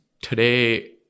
today